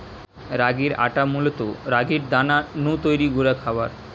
রাগির আটা মূলত রাগির দানা নু তৈরি গুঁড়া খাবার